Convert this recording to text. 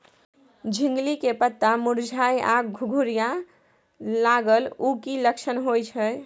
झिंगली के पत्ता मुरझाय आ घुघरीया लागल उ कि लक्षण होय छै?